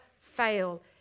fail